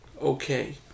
okay